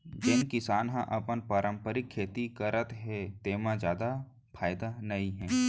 जेन किसान ह अपन पारंपरिक खेती करत हे तेमा जादा फायदा नइ हे